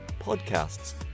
podcasts